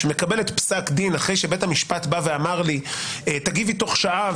שמקבלת פסק דין אחרי שבית המשפט בא ואמר לי: תגיבי בתוך שעה,